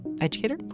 educator